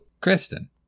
Kristen